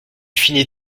finit